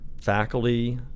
faculty